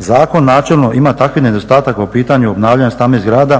Zakon načelno ima takvih nedostataka u pitanju obnavljanja stambenih zgrada